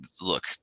Look